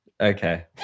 Okay